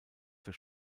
für